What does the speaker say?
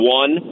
one